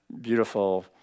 beautiful